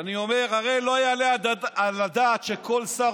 הרי לא יעלה על הדעת שכל שר,